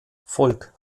volk